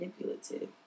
manipulative